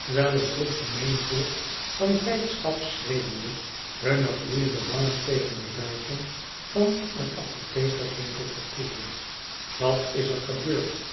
terwijl een troep gemeen volk van blijdschap schreeuwende hunne gloeiende wangen tegen de ruiten van een apothekerswinkel verkoelde wat is er gebeurd